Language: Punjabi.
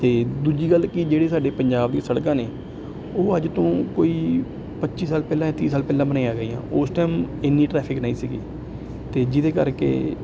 ਅਤੇ ਦੂਜੀ ਗੱਲ ਕਿ ਜਿਹੜੀ ਸਾਡੇ ਪੰਜਾਬ ਦੀ ਸੜਕਾਂ ਨੇ ਉਹ ਅੱਜ ਤੋਂ ਕੋਈ ਪੱਚੀ ਸਾਲ ਪਹਿਲਾਂ ਤੀਹ ਸਾਲ ਪਹਿਲਾਂ ਬਣਾਈਆਂ ਗਈਆਂ ਉਸ ਟਾਈਮ ਇੰਨੀ ਟਰੈਫਿਕ ਨਹੀਂ ਸੀਗੀ ਅਤੇ ਜਿਹਦੇ ਕਰਕੇ